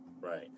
right